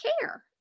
care